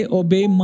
obey